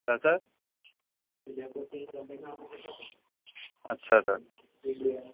क्या सर अच्छा सर